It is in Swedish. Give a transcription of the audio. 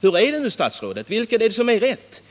Vilken uppgift, herr statsråd, är nu den korrekta?